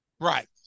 right